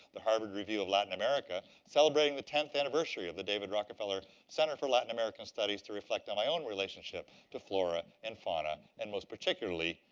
the harvard review of latin america, celebrating the tenth anniversary of the david rockefeller center for latin american studies to reflect on my own relationship to flora and fauna and most particularly,